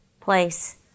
place